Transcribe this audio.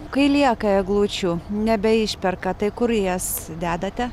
kai lieka eglučių nebeišperka tai kur jas dedate